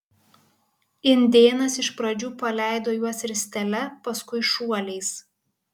indėnas iš pradžių paleido juos ristele paskui šuoliais